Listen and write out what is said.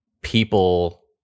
people